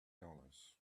dollars